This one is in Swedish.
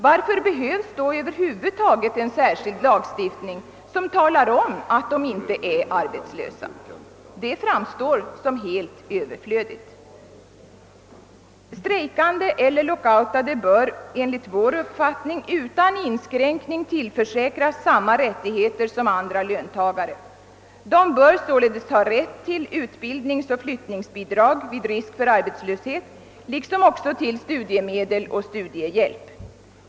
Varför behövs då över huvud taget en särskild lagstiftning som talar om att de inte är arbetslösa? Det framstår som helt överflödigt. Strejkande eller lockoutade bör enligt vår uppfattning utan inskränkning tillförsäkras samma rättigheter som andra löntagare. De bör sålunda ha rätt till utbildningsoch flyttningsbidrag vid risk för arbetslöshet liksom också till studiemedel och studiehjälp.